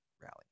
rally